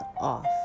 off